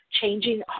changing